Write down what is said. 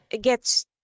get